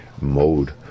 mode